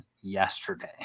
yesterday